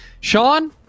Sean